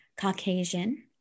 Caucasian